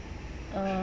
uh